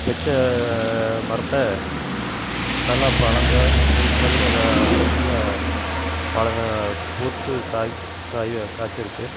வச்ச மரத்தை நல்லா பழங்கள் பூக்கள் எல்லாம் நிறையா பழங்கள் பூத்து காய்த் காய்கள் காய்ச்சிருக்கு